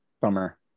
Bummer